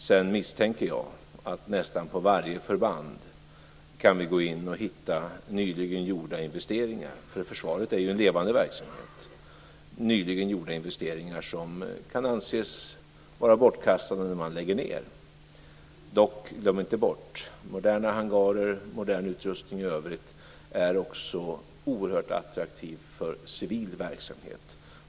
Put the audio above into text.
Jag misstänker att vi kan gå in och hitta nyligen gjorda investeringar på nästan varje förband. Försvaret är ju en levande verksamhet. Dessa nyligen gjorda investeringar kan anses vara bortkastade när förbanden läggs ned. Glöm dock inte bort att moderna hangarer och modern utrustning i övrigt också är oerhört attraktiva för civil verksamhet!